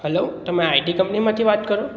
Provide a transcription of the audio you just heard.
hello તમે IT કંપનીમાંથી વાત કરો